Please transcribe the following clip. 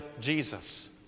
Jesus